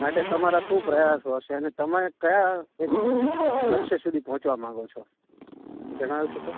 માટે તમારા શું પ્રયાસો હશે અને તમે કયા એક લક્ષ્ય સુધી પહોંચવા માગો છો એ જણાવી શકો